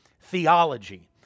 theology